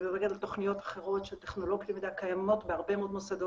אני מדברת על תכניות אחרות שטכנולוגיות הלמידה קיימות בהרבה מוסדות.